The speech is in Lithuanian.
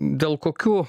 dėl kokių